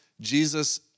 Jesus